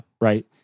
Right